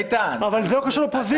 איתן -- אבל זה לא קשור לאופוזיציה.